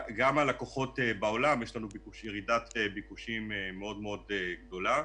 גם מצב הלקוחות בעולם יש לנו ירידת ביקושים מאוד-מאוד גדולה.